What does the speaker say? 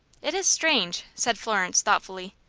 it is strange, said florence, thoughtfully.